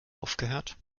aufgehört